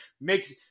makes